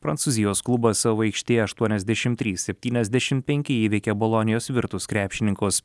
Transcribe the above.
prancūzijos klubas savo aikštėje aštuoniasdešim trys septyniasdešim penki įveikė bolonijos virtus krepšininkus